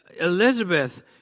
Elizabeth